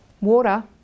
Water